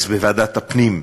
אז בוועדת הפנים,